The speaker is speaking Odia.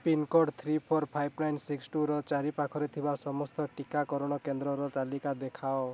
pincode three four five nine six ଟୁ'ର ଚାରିପାଖରେ ଥିବା ସମସ୍ତ ଟିକାକରଣ କେନ୍ଦ୍ରର ତାଲିକା ଦେଖାଅ